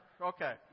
Okay